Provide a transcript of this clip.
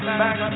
back